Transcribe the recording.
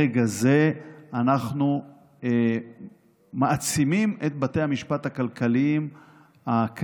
ברגע זה אנחנו מעצימים את בתי המשפט הכלכליים הקיימים,